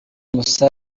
musa